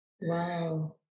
wow